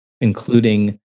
including